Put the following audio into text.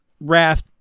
Wrath